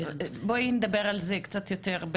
בואי נדבר על זה קצת יותר,